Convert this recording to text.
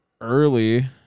early